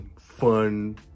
fun